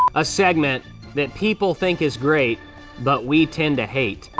a segment that people think is great but we tend to hate.